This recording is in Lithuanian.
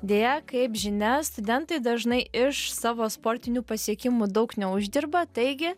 deja kaip žinia studentai dažnai iš savo sportinių pasiekimų daug neuždirba taigi